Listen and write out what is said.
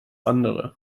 andere